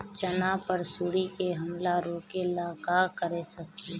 चना पर सुंडी के हमला रोके ला का करे के परी?